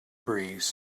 breeze